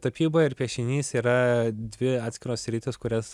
tapyba ir piešinys yra dvi atskiros sritys kurias